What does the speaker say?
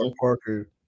Parker